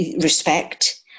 respect